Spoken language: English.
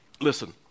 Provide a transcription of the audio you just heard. Listen